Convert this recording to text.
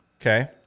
okay